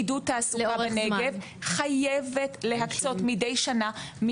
לעידוד תעסוקה בנגב היא חייבת להקצות מדי שנה,